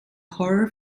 horror